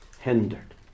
hindered